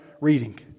reading